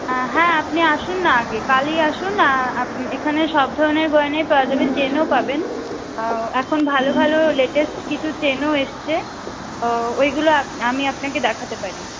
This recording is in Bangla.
হ্যাঁ আপনি আসুন না আগে কালই আসুন আপনি এখানে সব ধরনের গয়নাই পাওয়া যাবে চেনও পাবেন এখন ভালো ভালো লেটেস্ট কিছু চেনও এসছে ওইগুলো আপনি আমি আপনাকে দেখাতে পারি